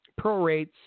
prorates